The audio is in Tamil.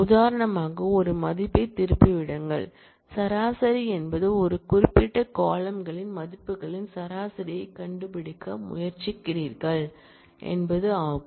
உதாரணமாக ஒரு மதிப்பைத் திருப்பி விடுங்கள் சராசரி என்பது ஒரு குறிப்பிட்ட காலம்ன்யின் மதிப்புகளின் சராசரியைக் கண்டுபிடிக்க முயற்சிக்கிறீர்கள் என்பதாகும்